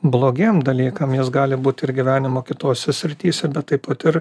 blogiem dalykam jis gali būt ir gyvenimo kitose srityse bet taip pat ir